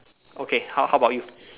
okay how how about you